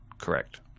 correct